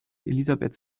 elisabeths